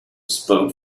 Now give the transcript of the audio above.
spoke